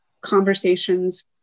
conversations